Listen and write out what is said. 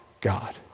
God